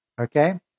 okay